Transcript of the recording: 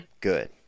good